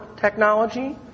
technology